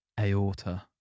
Aorta